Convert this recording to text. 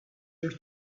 your